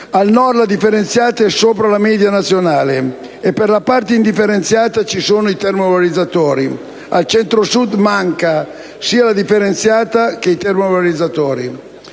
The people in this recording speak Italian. la raccolta differenziata supera la media nazionale e per la parte indifferenziata ci sono i termovalorizzatori; al Centro-Sud mancano sia la differenziata che i termovalorizzatori.